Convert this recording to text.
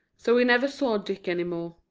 so we never saw dick any more.